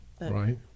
Right